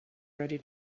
ready